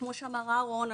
וכמו שאמר אהרון,